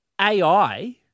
AI